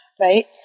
Right